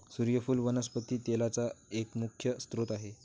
सुर्यफुल वनस्पती तेलाचा एक मुख्य स्त्रोत आहे